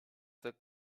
the